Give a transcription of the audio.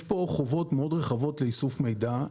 יש כאן חובות מאוד רחבים לאיסוף מידע.